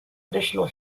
additional